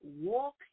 walk